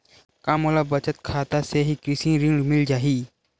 का मोला बचत खाता से ही कृषि ऋण मिल जाहि?